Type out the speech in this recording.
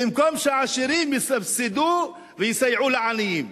במקום שהעשירים יסבסדו ויסייעו לעניים.